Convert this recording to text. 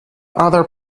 other